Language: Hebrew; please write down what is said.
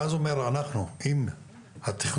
ואז הוא אומר אנחנו עם התכנון